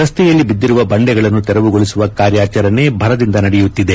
ರಸ್ತೆಯಲ್ಲಿ ಬಿದ್ದಿರುವ ಬಂಡೆಗಳನ್ನು ತೆರವುಗೊಳಿಸುವ ಕಾರ್ಯಾಚರಣೆ ಭರದಿಂದ ನಡೆಯುತ್ತಿದೆ